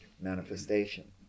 manifestation